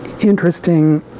interesting